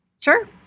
Sure